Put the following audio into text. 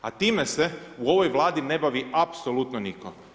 A time se u ovoj Vladi ne bavi apsolutno nitko.